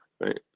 Right